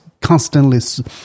constantly